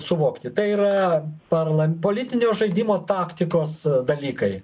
suvokti tai yra parlam politinio žaidimo taktikos dalykai